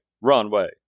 runway